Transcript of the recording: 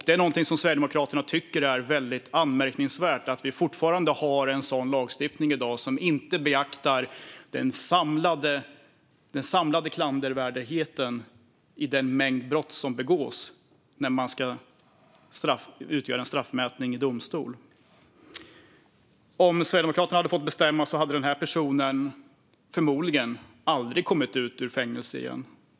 Det är något som Sverigedemokraterna tycker är väldigt anmärkningsvärt, att vi fortfarande har en lagstiftning som inte beaktar det samlade klandervärda i den mängd brott som begås när straff ska utmätas i domstol. Om Sverigedemokraterna hade fått bestämma hade den här personen förmodligen aldrig kommit ut ur fängelset.